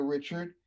Richard